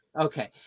okay